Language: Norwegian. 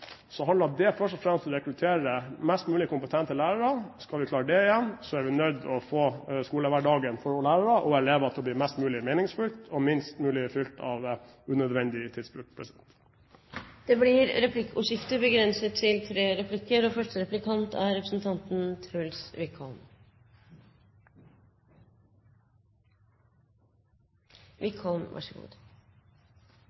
handler det først og fremst om å rekruttere mest mulig kompetetente lærere. Skal vi klare det, er vi nødt til å få skolehverdagen for lærere og elever til å bli mest mulig meningsfylt og minst mulig fylt av unødvendig tidsbruk. Det blir replikkordskifte. Representanten Lien viser til tidsbruk, bl.a. sier han at det er